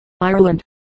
Ireland